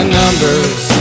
numbers